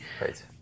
Right